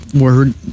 word